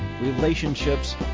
relationships